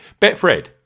Betfred